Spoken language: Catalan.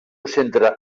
centre